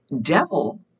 devil